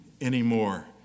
anymore